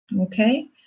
Okay